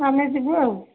ଆମେ ଯିବୁ ଆଉ